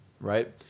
right